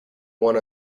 worn